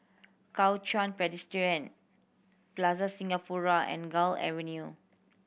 Kuo Chuan Presbyterian Plaza Singapura and Gul Avenue